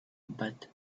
but